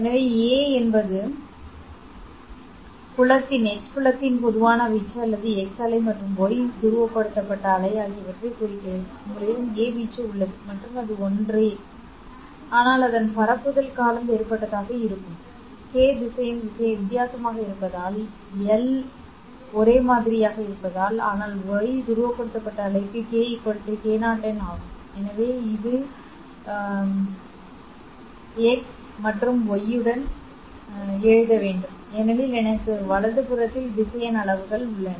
எனவே A என்பது x புலத்தின் பொதுவான வீச்சு அல்லது x அலை மற்றும் y துருவப்படுத்தப்பட்ட அலை ஆகியவற்றைக் குறிக்கிறதுஉங்களிடம் A வீச்சு உள்ளது மற்றும் அது ஒன்றே ஆனால் அதன் பரப்புதல் காலம் வேறுபட்டதாக இருக்கும்கே திசையன் வித்தியாசமாக இருப்பதால் எல் ஒரே மாதிரியானது ஆனால் y துருவப்படுத்தப்பட்ட அலைக்கு k k0n ஆகும் எனவே இதை x மற்றும் y உடன் மன்னிக்கவும் எழுத வேண்டும் ஏனெனில் எனக்கு வலது புறத்தில் திசையன் அளவுகள் உள்ளன